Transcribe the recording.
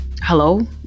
hello